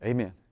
Amen